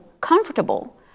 comfortable